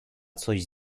coś